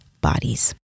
bodies